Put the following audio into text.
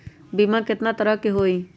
बीमा केतना तरह के होइ?